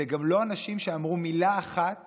אלה גם לא אנשים שאמרו מילה אחת